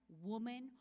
woman